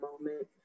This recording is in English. moment